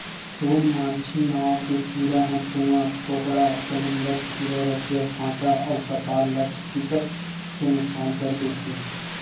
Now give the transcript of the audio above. सोन मांछी नांव के कीरा ह तुमा, कोहड़ा, कलिंदर, खीरा, रखिया, भांटा अउ पताल ल बिकट के नुकसान कर देथे